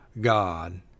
God